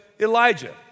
Elijah